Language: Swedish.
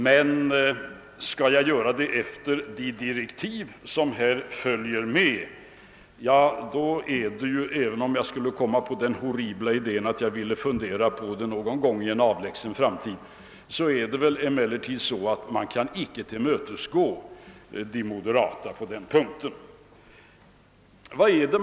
Jag kan emeHertid inte tillmötesgå de moderata på den punkten med tanke på de medföljande direktiven, även om jag skulle komma på den horribla idén att fundera på saken i någon avlägsen framtid. Vad säger nu högerpartiet?